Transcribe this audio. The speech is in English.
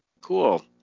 Cool